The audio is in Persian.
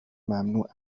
ممنوع